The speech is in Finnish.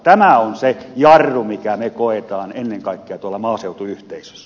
tämä on se jarru minkä me koemme ennen kaikkea tuolla maaseutuyhteisössä